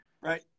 right